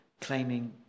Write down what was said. claiming